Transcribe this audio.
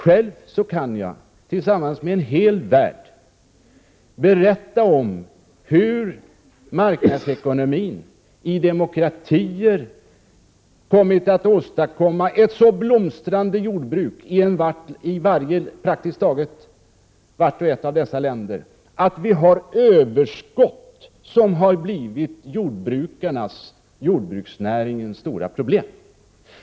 Själv kan jag tillsammans med människor i en hel värld berätta om hur marknadsekonomin i demokratier åstadkommit ett så blomstrande jordbruk i praktiskt vart och ett av de ifrågavarande länderna, att ett överskott har blivit jordbruksnäringens stora problem.